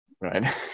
Right